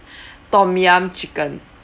tom yum chicken